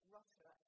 Russia